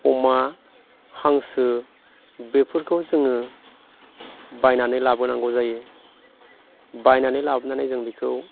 अमा हांसो बेफोरखौ जोङो बायनानै लाबोनांगौ जायो बायनानै लाबोनानै जों बेखौ